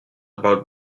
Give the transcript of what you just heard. about